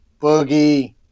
Boogie